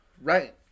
Right